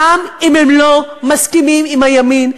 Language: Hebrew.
גם אם הם לא מסכימים עם הימין,